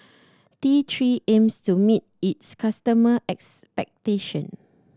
T Three aims to meet its customer expectations